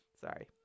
Sorry